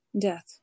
Death